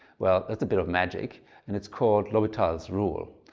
well that's a bit of magic and its called l'hopital's rule.